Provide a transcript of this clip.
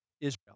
Israel